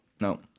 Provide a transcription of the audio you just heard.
No